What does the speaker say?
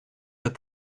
that